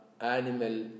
animal